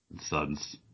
Sons